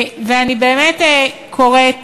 ואני באמת קוראת